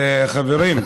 אדוני.